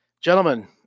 gentlemen